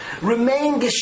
remain